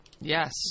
Yes